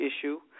issue